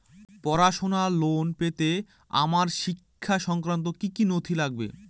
পড়াশুনোর লোন পেতে আমার শিক্ষা সংক্রান্ত কি কি নথি লাগবে?